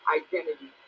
identity